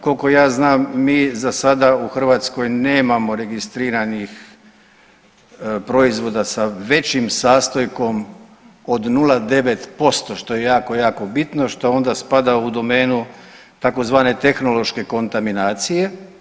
Koliko ja znam mi za sada u Hrvatskoj nemamo registriranih proizvoda sa većim sastojkom od 0,9% što je jako jako bitno što onda spada u domenu tzv. tehnološke kontaminacije.